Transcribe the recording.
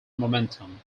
momentum